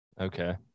Okay